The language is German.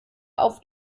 auf